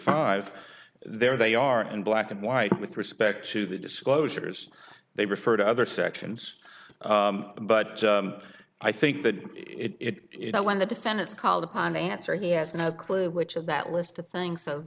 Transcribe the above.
five there they are in black and white with respect to the disclosures they refer to other sections but i think that it when the defendants called upon the answer he has no clue which of that list of things so